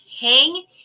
Hang